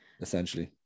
Essentially